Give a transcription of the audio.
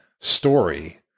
story